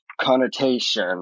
connotation